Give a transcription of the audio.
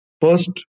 first